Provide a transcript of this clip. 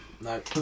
no